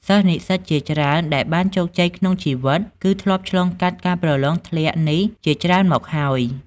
សិស្សនិស្សិតជាច្រើនដែលបានជោគជ័យក្នុងជីវិត គឺធ្លាប់ឆ្លងកាត់ការប្រលងធ្លាក់នេះជាច្រើនមកហើយ។